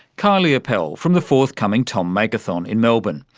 kylie appel from the forthcoming tom makeathon in melbourne.